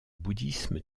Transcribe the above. bouddhisme